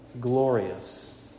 glorious